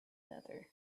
another